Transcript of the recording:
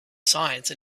science